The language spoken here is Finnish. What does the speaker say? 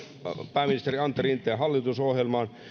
pääministeri antti rinteen hallitusohjelmaan